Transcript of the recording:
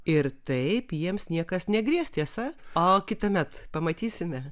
ir taip jiems niekas negrės tiesa o kitąmet pamatysime